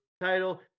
title